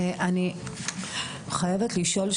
אני חייבת לשאול.